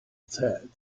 said